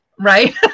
right